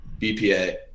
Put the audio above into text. BPA